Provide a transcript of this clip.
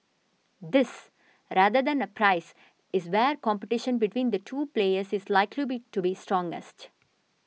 this rather than the price is where competition between the two players is likely be to be strongest